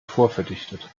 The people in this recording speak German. vorverdichtet